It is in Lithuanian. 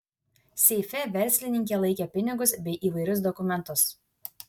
seife verslininkė laikė pinigus bei įvairius dokumentus